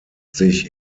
sich